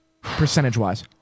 percentage-wise